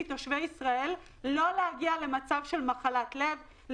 תושבי ישראל כדי שהם לא יגיעו למצב של מחלות לב,